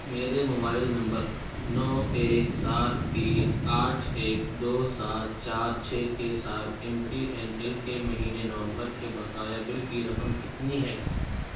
میرے mobile number نو ایک سات تین آٹھ ایک دو سات چار چھ کے ساتھ ایم ٹی این ایل کے مہینے نومبر کے بقایا بل کی رقم کتنی ہے